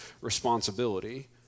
responsibility